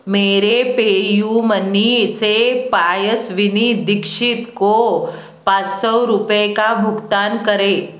मेरे PayU money से पायस्विनी दीक्षित को पाँच सौ रुपये का भुगतान करें